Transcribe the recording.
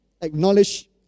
acknowledge